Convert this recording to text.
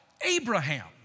Abraham